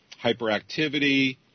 hyperactivity